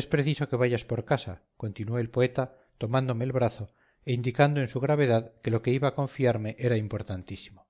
es preciso que vayas por casa continuó el poeta tomándome el brazo e indicando en su gravedad que lo que iba a confiarme era importantísimo